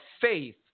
faith